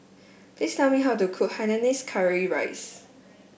please tell me how to cook Hainanese Curry Rice